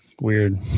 weird